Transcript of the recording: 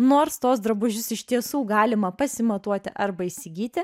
nors tuos drabužius iš tiesų galima pasimatuoti arba įsigyti